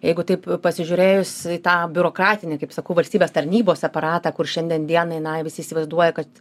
jeigu taip pasižiūrėjus į tą biurokratinį kaip sakau valstybės tarnybos aparatą kur šiandien dienai na visi įsivaizduoja kad